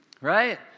right